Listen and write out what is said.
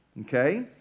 okay